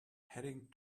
heading